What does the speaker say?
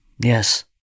Yes